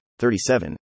37